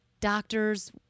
doctors